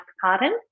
pardon